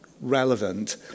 relevant